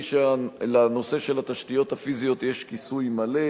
שלנושא של התשתיות הפיזיות יש כיסוי מלא.